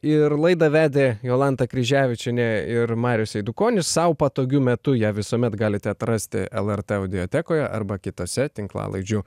ir laidą vedė jolanta kryževičienė ir marius eidukonis sau patogiu metu ją visuomet galite atrasti lrt audiotekoje arba kitose tinklalaidžių